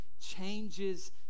changes